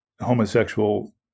homosexual